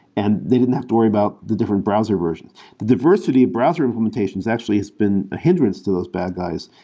and they didn't have to worry about the different browser versions the diversity of browser implementations actually has been a hindrance to those bad guys.